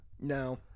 No